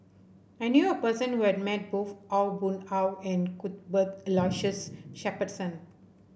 I knew a person who has met both Aw Boon Haw and Cuthbert Aloysius Shepherdson